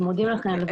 אנחנו מודים לכם.